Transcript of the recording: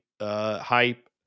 hype